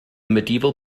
medieval